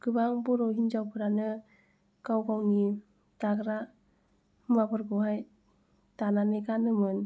गोबां बर' हिनजावफ्रानो गाव गावनि दाग्रा मुवाफोरखौहाय दानानै गानोमोन